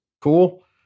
cool